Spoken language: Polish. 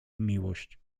miłość